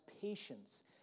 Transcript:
patience